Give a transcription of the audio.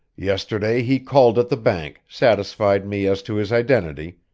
yesterday he called at the bank, satisfied me as to his identity,